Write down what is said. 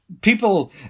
people